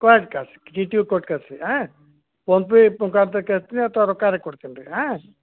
ಕೊಟ್ಟು ಕಳಿಸಿ ಚೀಟಿಯೂ ಕೊಟ್ಟು ಕಳಿಸಿ ಹಾಂ ಫೋನ್ಪೇ ಮುಖಾಂತರ ಕಟ್ತೀನಿ ಅಥವಾ ರೊಕ್ಕಾರೂ ಕೊಡ್ತೀನಿ ರೀ ಹಾಂ